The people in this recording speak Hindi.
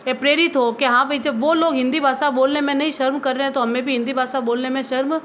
प्रेरित हो के हाँ भई जब वो लोग हिन्दी भाषा बोलने में नहीं शर्म कर रहे हैं तो हमें भी हिन्दी भाषा बोलने में शर्म